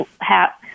hat